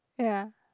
ya